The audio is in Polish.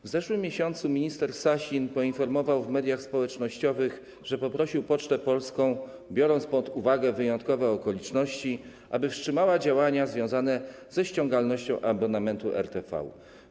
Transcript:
W zeszłym miesiącu minister Sasin poinformował w mediach społecznościowych, że poprosił Pocztę Polską, biorąc pod uwagę wyjątkowe okoliczności, aby wstrzymała działania związane ze ściągalnością abonamentu RTV.